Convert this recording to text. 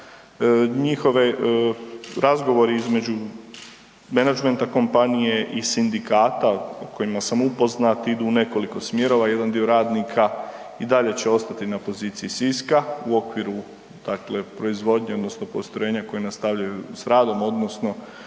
njihove, razgovor između menadžmenta, kompanije i sindikata o kojima sam upoznat, idu u nekoliko smjerova. Jedan dio radnika i dalje će ostati na poziciji Siska u okviru, dakle proizvodnje odnosno postrojenja koje nastavljaju s radom odnosno